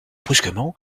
brusquement